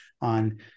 on